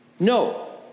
No